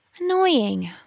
Annoying